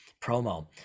promo